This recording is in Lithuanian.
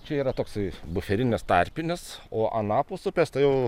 čia yra toksai buferinės tarpinės o anapus upės tai jau